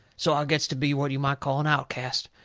so i gets to be what you might call an outcast.